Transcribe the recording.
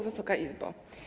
Wysoka Izbo!